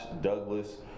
Douglas